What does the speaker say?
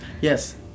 yes